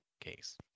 case